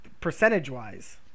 percentage-wise